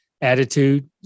attitude